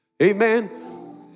Amen